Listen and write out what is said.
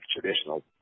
traditional